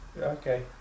okay